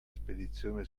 spedizione